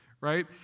right